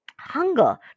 hunger